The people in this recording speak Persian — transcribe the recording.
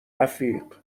رفیق